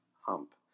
hump